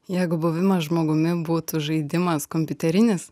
jeigu buvimas žmogumi būtų žaidimas kompiuterinis